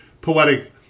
poetic